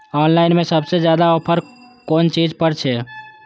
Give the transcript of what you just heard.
Online में सबसे ज्यादा ऑफर कोन चीज पर छे?